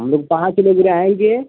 हम लोग पाँच लोग रहेंगे